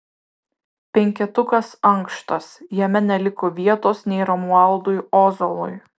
penketukas ankštas jame neliko vietos nei romualdui ozolui